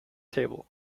table